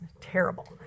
terrible